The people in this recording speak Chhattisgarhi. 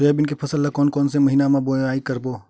सोयाबीन के फसल ल कोन कौन से महीना म बोआई करबो?